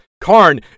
Karn